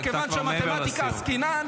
אתה כבר מעבר לסיום.